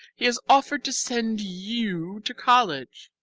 he has offered to send you to college